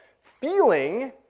feeling